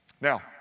Now